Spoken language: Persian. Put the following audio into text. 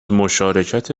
مشارکت